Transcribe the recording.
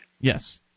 Yes